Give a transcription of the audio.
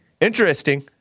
Interesting